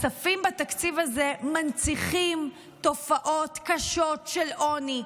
הכספים בתקציב הזה מנציחים תופעות קשות של עוני,